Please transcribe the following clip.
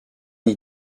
n’y